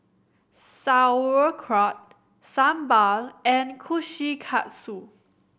Sauerkraut Sambar and Kushikatsu